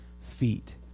feet